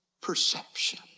perception